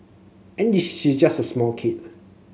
and she just a small kid